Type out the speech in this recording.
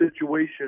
situation